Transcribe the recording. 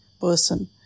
person